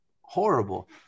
horrible